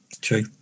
True